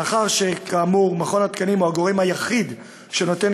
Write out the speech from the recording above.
מאחר שכאמור מכון התקנים הוא הגורם היחיד שנותן